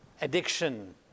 addiction